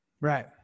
right